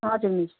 हजुर हुन्छ